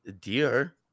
Dear